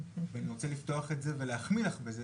ואני רוצה לפתוח את זה ולהחמיא לך בזה,